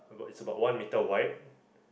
oh it's about one meter wide